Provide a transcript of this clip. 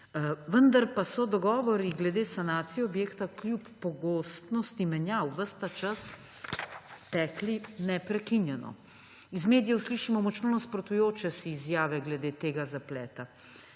vendar pa so dogovori glede sanacije objekta kljub pogostnosti menjav ves ta čas tekli neprekinjeno. Iz medijev slišimo močno nasprotujoče si izjave glede tega zapleta.